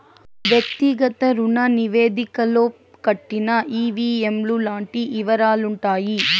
వ్యక్తిగత రుణ నివేదికలో కట్టిన ఈ.వీ.ఎం లు లాంటి యివరాలుంటాయి